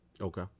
Okay